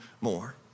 more